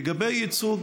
לגבי ייצוג,